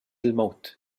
الموت